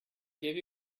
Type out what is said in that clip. gave